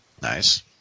Nice